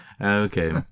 Okay